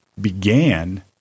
began